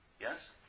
Yes